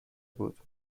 بود